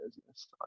business